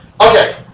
Okay